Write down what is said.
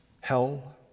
hell